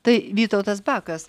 tai vytautas bakas